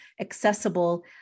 accessible